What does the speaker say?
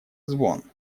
звон